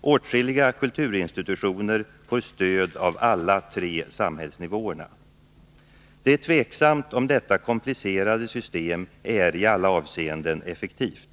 Åtskilliga kulturinstitutioner får stöd av alla tre samhällsnivåerna. Det är tveksamt om detta komplicerade system är i alla avseenden effektivt.